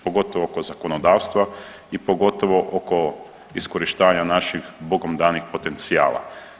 Pogotovo oko zakonodavstva i pogotovo oko iskorištavanja naših bogom danih potencijala.